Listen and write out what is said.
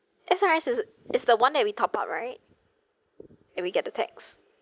as I as it's it's the one that we top up right and we get to tax